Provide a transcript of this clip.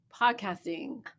podcasting